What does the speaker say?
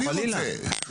אני רוצה.